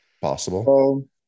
possible